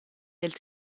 del